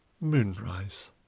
Moonrise